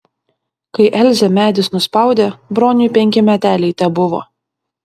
kai elzę medis nuspaudė broniui penki meteliai tebuvo